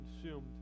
consumed